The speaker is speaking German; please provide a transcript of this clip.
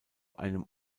einem